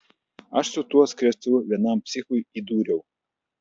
aš su tuo skriestuvu vienam psichui įdūriau